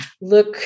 look